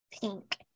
pink